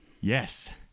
Yes